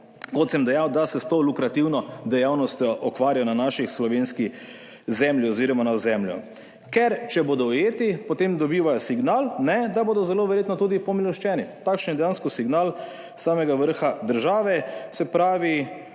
kot sem dejal, da se s to lukrativno dejavnostjo ukvarjajo na naši slovenski zemlji oziroma na ozemlju, ker če bodo ujeti, potem dobivajo signal, ne da bodo zelo verjetno tudi pomiloščeni. Takšen je dejansko signal samega vrha države, se pravi,